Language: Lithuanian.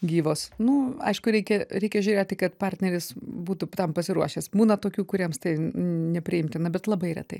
gyvos nu aišku reikia reikia žiūrėti kad partneris būtų tam pasiruošęs būna tokių kuriems tai nepriimtina bet labai retai